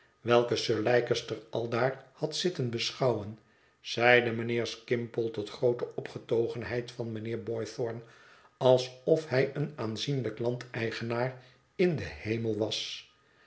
welke sir leicester aldaar had zitten beschouwen zeide mijnheer skimpole tot groote opgetogenheid van mijnheer boythorn alsof hij een aanzienlijk landeigenaar in den hemel was